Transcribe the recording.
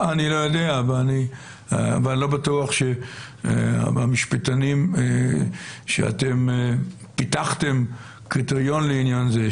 אני לא בטוח שהמשפטנים פיתחו קריטריון לעניין זה.